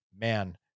man